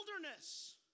wilderness